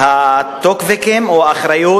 הרכב, כאשר נהג הרכב